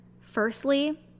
Firstly